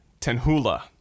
Tenhula